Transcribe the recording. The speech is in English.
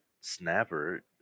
snapper